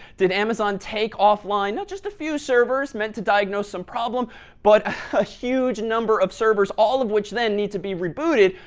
did amazon take offline not just a few servers meant to diagnose some problem but a huge number of servers. all of which then need to be rebooted,